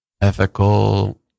ethical